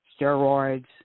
steroids